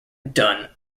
dunne